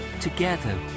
Together